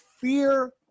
fear